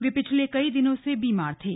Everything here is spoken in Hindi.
वे पिछले कई दिनों से बीमार थे